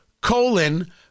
colon